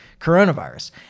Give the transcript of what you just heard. coronavirus